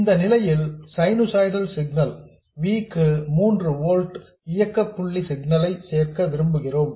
இந்த நிலையில் sinusoidal signal V க்கு 3 ஓல்ட்ஸ் இயக்க புள்ளி சிக்னல் ஐ சேர்க்க விரும்புகிறோம்